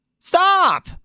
Stop